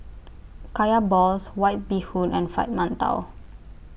Kaya Balls White Bee Hoon and Fried mantou